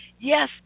Yes